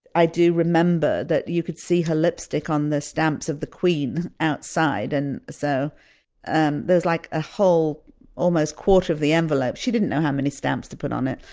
i do remember that you could see her lipstick on the stamps of the queen outside, and so and there's like a whole almost quarter of the envelope. she didn't know how many stamps to put on it,